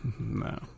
No